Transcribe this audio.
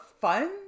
fun